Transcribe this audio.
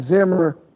Zimmer